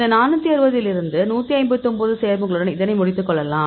இந்த 460 இலிருந்து 159 சேர்மங்களுடன் இதனை முடித்துக் கொள்ளலாம்